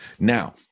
Now